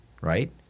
right